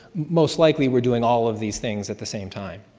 most likely we're doing all of these things at the same time.